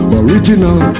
original